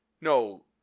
No